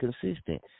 consistent